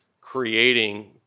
creating